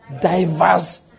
Diverse